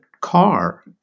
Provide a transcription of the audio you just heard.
car